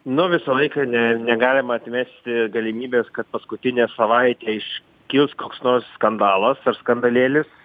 nu visą laiką ne negalima atmesti galimybės kad paskutinę savaitę iškils koks nors skandalas ar skandalėlis